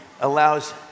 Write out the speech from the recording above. allows